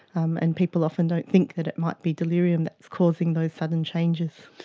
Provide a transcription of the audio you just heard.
um and people often don't think that it might be delirium that's causing those sudden changes.